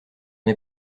est